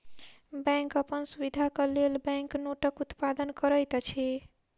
bank अपन सुविधाक लेल बैंक नोटक उत्पादन करैत अछि